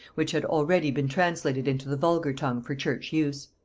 which had already been translated into the vulgar tongue for church use.